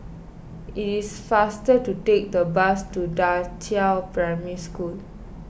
it is faster to take the bus to Da Qiao Primary School